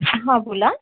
हं बोला